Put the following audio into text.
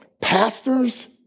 pastors